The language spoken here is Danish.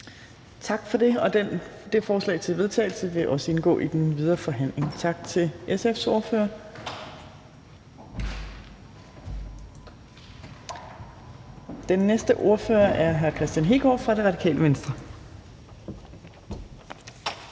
Tak for det. Dette forslag til vedtagelse vil også indgå i den videre forhandling. Tak til SF's ordfører. Den næste ordfører er hr. Kristian Hegaard fra Radikale Venstre.